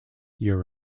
year